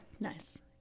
Nice